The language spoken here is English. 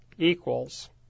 equals